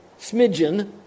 smidgen